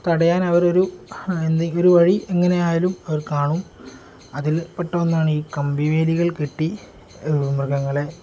തടയാൻ അവരൊരു ഒരു വഴി എങ്ങനെ ആയാലും അവർ കാണും അതിൽ പെട്ട ഒന്നാണ് ഈ കമ്പിവേലികൾ കെട്ടി മൃഗങ്ങളെ